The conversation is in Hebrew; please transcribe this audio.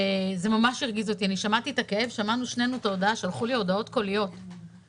שמעתי את הכאב בהודעות הקוליות שאנשים שלחו לי.